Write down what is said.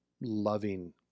loving